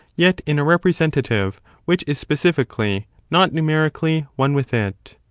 yet in a representative which is specifically, not numerically, one with it.